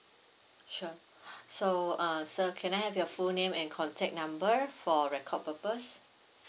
sure so uh sir can I have your full name and contact number for record purpose